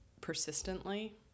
persistently